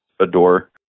adore